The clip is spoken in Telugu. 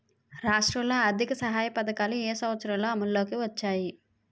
రాష్ట్రంలో ఆర్థిక సహాయ పథకాలు ఏ సంవత్సరంలో అమల్లోకి వచ్చాయి?